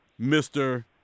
mr